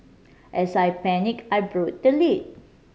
as I panic I broke the lid